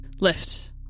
lift